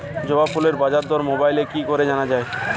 জবা ফুলের বাজার দর মোবাইলে কি করে জানা যায়?